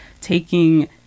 taking